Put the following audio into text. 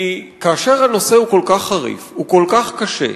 כי כאשר הנושא הוא כל כך חריף, כל כך קשה,